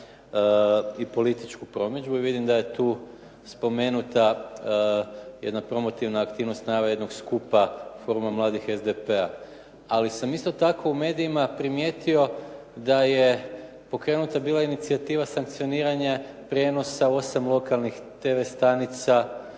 i političku promidžbu i vidim da je tu spomenuta jedna promotivna aktivnost najave jednog skupa foruma mladih SDP-a, ali sam isto tako u medijima primijetio da je pokrenuta bila inicijativa sankcioniranja prijenosa 8 lokalnih TV stanica